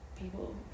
people